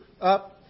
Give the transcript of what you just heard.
up